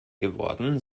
geworden